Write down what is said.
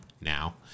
now